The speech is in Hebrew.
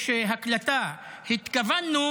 ויש הקלטה: התכוונו